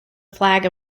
flag